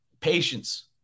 Patience